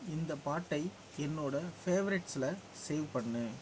இந்த பாட்டை என்னோடய ஃபேவரெட்ஸ்ல சேவ் பண்ணு